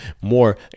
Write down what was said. more